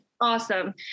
Awesome